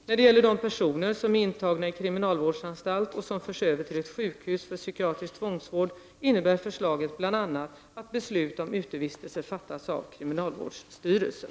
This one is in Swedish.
När det gäller de personer som är intagna i kriminalvårdsanstalt och som förs över till ett sjukhus för psykiatrisk tvångsvård innebär förslaget bl.a. att beslut om utevistelser fattas av kriminalvårdsstyrelsen.